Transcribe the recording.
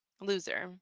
Loser